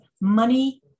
money